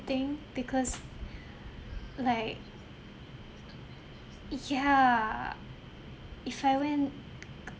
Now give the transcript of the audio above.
thing because like ya if I went